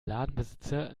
ladenbesitzer